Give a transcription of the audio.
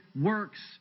works